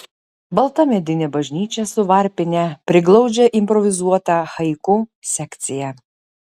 balta medinė bažnyčia su varpine priglaudžia improvizuotą haiku sekciją